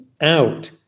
out